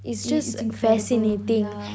is incredible